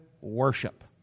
worship